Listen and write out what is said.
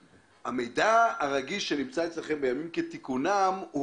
שהמידע הרגיש שנמצא אצלכם בימים כתיקונם הוא